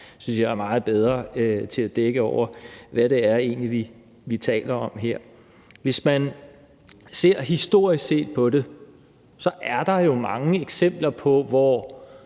synes jeg er meget bedre til at dække over, hvad det er, vi egentlig taler om her. Hvis man ser historisk på det, er der jo mange eksempler på, at